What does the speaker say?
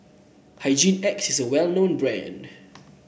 Hygin X is well known brand